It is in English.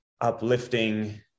uplifting